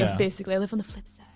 ah basically. i live on the flip side.